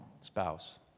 spouse